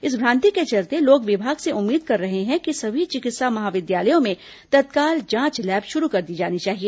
इस भ्रांति के चलते लोग विभाग से उम्मीद कर रहे हैं कि सभी चिकित्सा महाविद्यालयों में तत्काल जांच लैब शुरू कर दी जानी चाहिए